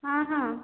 ହଁ ହଁ